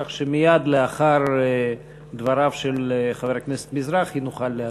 כך שמייד לאחר דבריו של חבר הכנסת מזרחי נוכל להצביע.